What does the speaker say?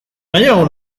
nahiago